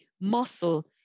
muscle